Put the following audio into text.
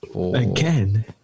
Again